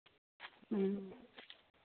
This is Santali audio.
ᱦᱮᱸ